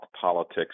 politics